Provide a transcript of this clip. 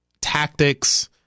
tactics